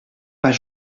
pas